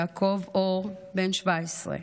יעקב אור, בן 17,